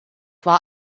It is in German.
war